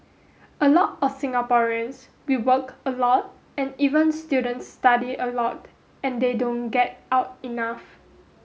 a lot of Singaporeans we work a lot and even students study a lot and they don't get out enough